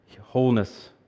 wholeness